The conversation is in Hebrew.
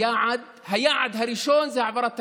היא שמה לה ליעד, היעד הראשון זה העברת תקציב.